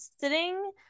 sitting